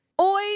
Oi